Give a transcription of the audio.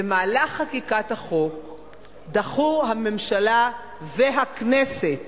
במהלך חקיקת החוק דחו הממשלה והכנסת